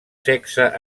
sexe